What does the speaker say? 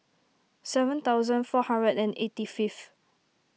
seven thousand four hundred and eighty fifth